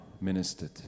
ministered